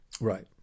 Right